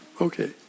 Okay